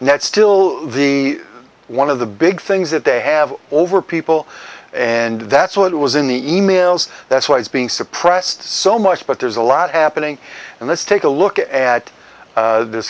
and that's still the one of the big things that they have over people and that's why it was in the e mails that's why it's being suppressed so much but there's a lot happening and let's take a look at this